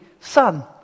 son